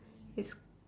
is